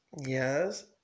yes